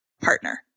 partner